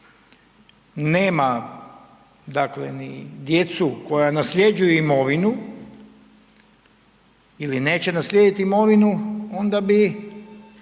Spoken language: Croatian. nema ni djecu koja nasljeđuju imovinu ili neće naslijediti imovinu, onda bi